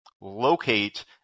locate